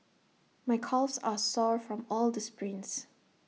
my calves are sore from all the sprints